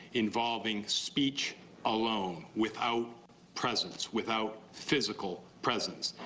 involving speech alone. without presence. without physical presence.